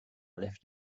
left